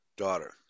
daughter